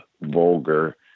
vulgar